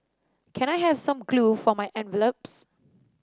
can I have some glue for my envelopes